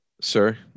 Sir